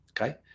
Okay